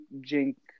jink